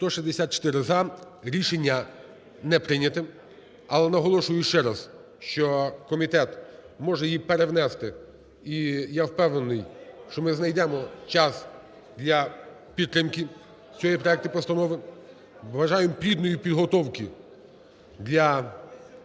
За-164 Рішення не прийняте. Але наголошую ще раз, що комітет може її перевнести, і я впевнений, що ми знайдемо час для підтримки цього проекту постанови. Бажаю вам плідної підготовки для